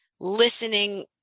listening